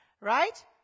right